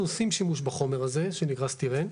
אנחנו עושים שימוש בחומר הזה שנקרא סטירן.